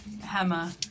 hammer